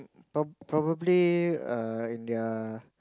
pro~ probably err in their